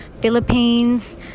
Philippines